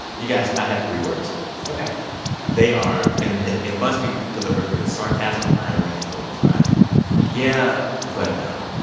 you guys, i have three words ok they are and it it must be delivered with sarcasm, irony and vocal fry yeah, but no